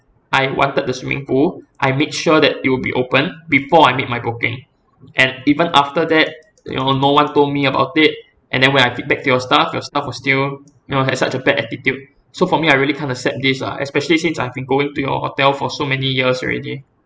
I wanted the swimming pool I made sure that it will be opened before I made my booking and even after that you know no one told me about it and then when I feedback to your staff your staff was still you know had such a bad attitude so for me I really can't accept this ah especially since I've been going to your hotel for so many years already